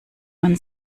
man